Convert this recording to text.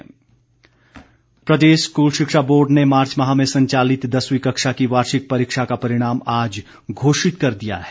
परीक्षा परिणाम प्रदेश स्कूल शिक्षा बोर्ड ने मार्च माह में संचालित दसवीं कक्षा की वार्षिक परीक्षा का परिणाम आज घोषित कर दिया है